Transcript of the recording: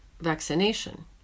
vaccination